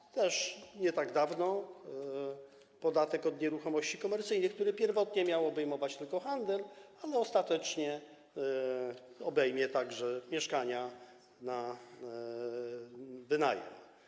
No i też nie tak dawno - podatek od nieruchomości komercyjnych, który pierwotnie miał obejmować tylko handel, ale ostatecznie obejmie także mieszkania na wynajem.